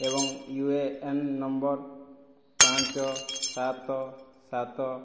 ଏବଂ U A N number ପାଞ୍ଚ ସାତ ସାତ